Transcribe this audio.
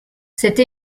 cette